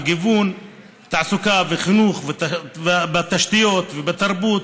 בגיוון תעסוקה ובחינוך ובתשתיות ובתרבות,